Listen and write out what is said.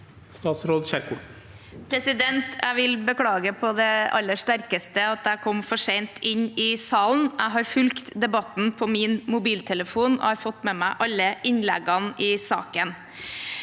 Ingvild Kjerkol Jeg vil beklage på det aller sterkeste at jeg kom for sent inn i salen. Jeg har fulgt debatten på min mobiltelefon og har fått med meg alle innleggene i saken.